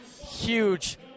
huge